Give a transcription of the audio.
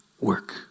work